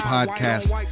Podcast